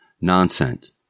Nonsense